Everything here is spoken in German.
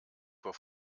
vor